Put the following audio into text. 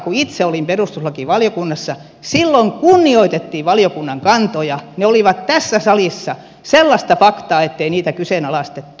kun itse olin perustuslakivaliokunnassa silloin kunnioitettiin valiokunnan kantoja ne olivat tässä salissa sellaista faktaa ettei niitä kyseenalaistettu